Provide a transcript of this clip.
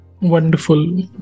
wonderful